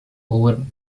over